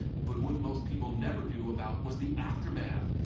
but what most people never knew about was the aftermath.